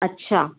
अच्छा